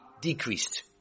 decreased